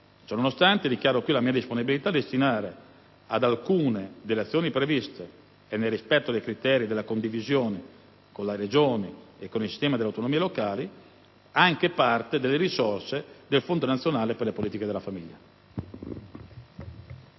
Ciononostante, dichiaro qui la mia disponibilità a destinare ad alcune delle azioni previste, e nel rispetto del criterio della condivisione con le Regioni ed il sistema delle autonomie locali, anche parte delle risorse del Fondo nazionale per le politiche della famiglia.